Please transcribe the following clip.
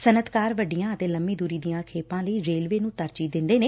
ਸਨੱਅਤਕਾਰ ਵੱਡੀਆਂ ਅਤੇ ਲੰਮੀ ਦੁਰੀ ਦੀਆਂ ਖੇਪਾਂ ਲਈ ਰੇਲਵੇ ਨੂੰ ਤਰਜੀਹ ਦਿੰਦੇ ਨੇ